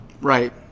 Right